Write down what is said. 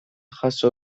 jaso